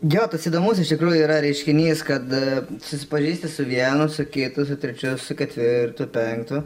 jo toks įdomus iš tikrųjų yra reiškinys kad susipažįsti su vienu su kitu su trečiu su ketvirtu penktu